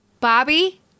Bobby